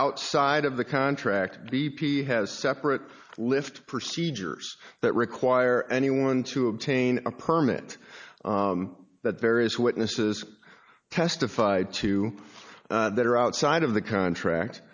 outside of the contract b p has separate lift procedures that require anyone to obtain a permit that various witnesses testified to that are outside of the contract